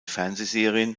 fernsehserien